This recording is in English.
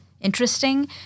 interesting